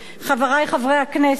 חברי חברי הכנסת,